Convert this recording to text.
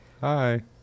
Hi